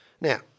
Now